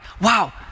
wow